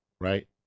right